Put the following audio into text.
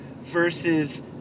versus